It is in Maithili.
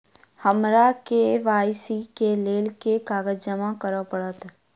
हमरा के.वाई.सी केँ लेल केँ कागज जमा करऽ पड़त?